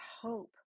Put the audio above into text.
hope